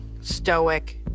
stoic